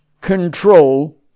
control